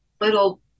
little